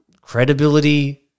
credibility